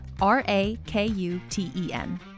R-A-K-U-T-E-N